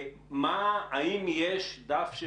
האם יש דף,